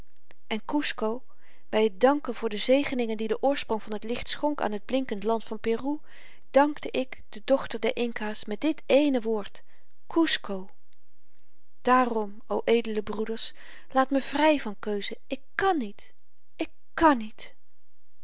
en kusco by t danken voor de zegeningen die de oorsprong van het licht schonk aan t blinkend land van peru dankte ik de dochter der inca's met dit ééne woord kusco daarom o edele broeders laat me vry van keuze ik kàn niet ik kàn niet